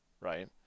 right